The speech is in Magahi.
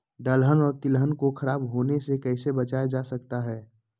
दलहन और तिलहन को खराब होने से कैसे बचाया जा सकता है?